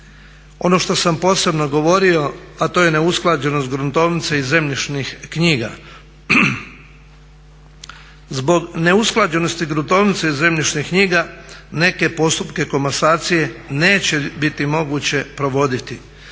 Ono što sam posebno govorio, a to je neusklađenost gruntovnice i zemljišnih knjiga. Zbog neusklađenosti gruntovnice i zemljišnih knjiga neke postupke komasacije neće biti moguće provoditi.